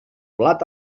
blat